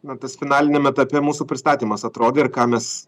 na tas finaliniam etape mūsų pristatymas atrodė ir ką mes